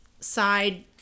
side